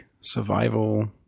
survival